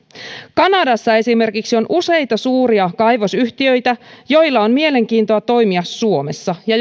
kanadassa esimerkiksi on useita suuria kaivosyhtiöitä joilla on mielenkiintoa toimia suomessa ja